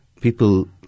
people